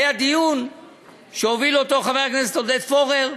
היה דיון שהוביל אותו חבר הכנסת עודד פורר,